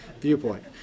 viewpoint